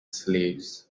slaves